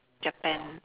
Japan